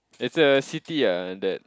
it's a city ah that